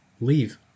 leave